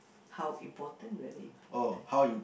how important really important